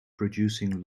producing